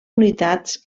unitats